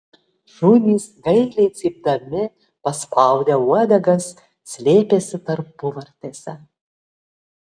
šunys gailiai cypdami paspaudę uodegas slėpėsi tarpuvartėse